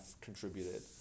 contributed